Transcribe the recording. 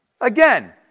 Again